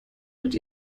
mit